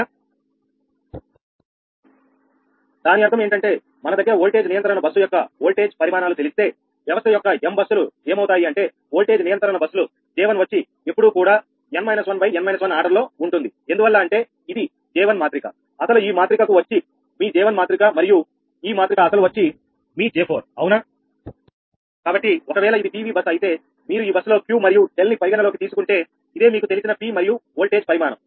దాని అర్థం ఏంటంటే మన దగ్గర ఓల్టేజ్ నియంత్రణ బస్సు యొక్క ఓల్టేజ్ పరిమాణాలు తెలిస్తే వ్యవస్థ యొక్క m బస్సులు ఏమవుతాయి అంటే ఓల్టేజ్ నియంత్రణ బస్సులు J1 వచ్చి ఎప్పుడూ కూడా 𝑛 − 1 ∗ 𝑛 − 1 ఆర్డర్ లో ఉంటుంది ఎందువల్ల అంటే ఇది J1 మాత్రిక అసలు ఈ మాతృక వచ్చి మీ J1 మాతృక మరియు ఈ మాతృక అసలు వచ్చి మీ J4 అవునా కాబట్టి ఒకవేళ ఇది PV బస్ అయితే మీరు ఈ బస్సులో Q మరియు 𝛿 ని పరిగణలోకి తీసుకుంటే ఇదే మీకు తెలిసిన P మరియు ఓల్టేజ్ పరిమాణం